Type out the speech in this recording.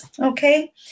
Okay